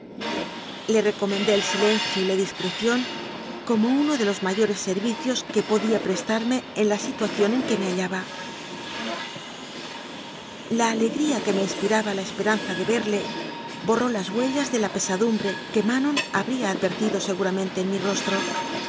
le recomendé el silencio y la discreción como uno de los mayores servicios que podía prestarme en la situación en que me hallaba la alegría que me inspiraba la esperanza de verle borró las huellas de la pesadumbre que ma non habría advertido seguramente en mi rostro